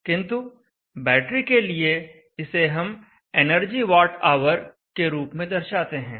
किंतु बैटरी के लिए इसे हम एनर्जी वॉट आवर के रूप में दर्शाते हैं